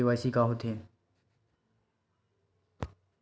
KYC का होथे?